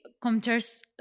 computers